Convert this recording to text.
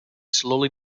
slowly